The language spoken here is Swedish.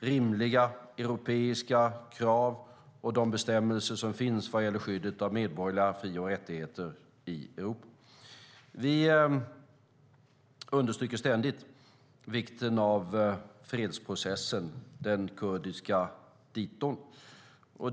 rimliga europeiska krav och bestämmelserna vad gäller skyddet av medborgerliga fri och rättigheter i Europa. Vi understryker ständigt vikten av den kurdiska fredsprocessen.